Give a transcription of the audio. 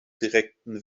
direkten